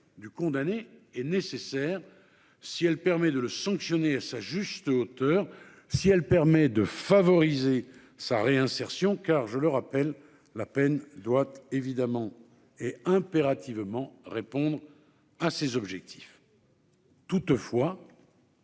du condamné est nécessaire si elle permet de le sanctionner à sa juste hauteur si elle permet de favoriser sa réinsertion car je le rappelle, la peine doit évidemment et impérativement répondre à ces objectifs. Toutefois.